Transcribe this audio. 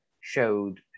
showed